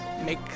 make